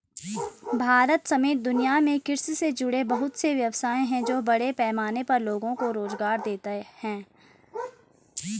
भारत समेत दुनिया में कृषि से जुड़े बहुत से व्यवसाय हैं जो बड़े पैमाने पर लोगो को रोज़गार देते हैं